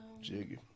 Jiggy